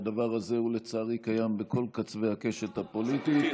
שהדבר הזה לצערי קיים בכל קצווי הקשת הפוליטית.